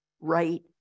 right